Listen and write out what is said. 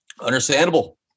Understandable